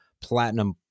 platinum